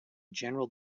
general